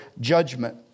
judgment